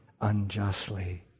unjustly